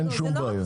אין שום בעיה.